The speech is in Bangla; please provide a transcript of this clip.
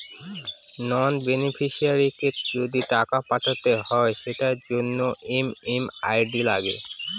নন বেনিফিশিয়ারিকে যদি টাকা পাঠাতে হয় সেটার জন্য এম.এম.আই.ডি লাগে